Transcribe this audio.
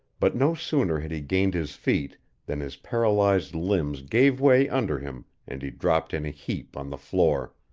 but no sooner had he gained his feet than his paralyzed limbs gave way under him and he dropped in a heap on the floor.